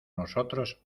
nosotros